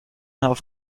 auf